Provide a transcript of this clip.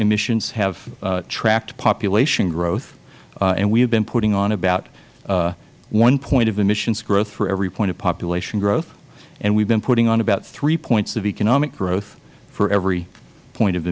emissions have tracked population growth and we have been putting on about one point of emissions growth for every point of population growth and we have been putting on about three points of economic growth for every point of